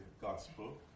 gospel